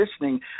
listening